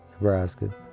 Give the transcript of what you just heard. Nebraska